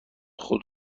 خود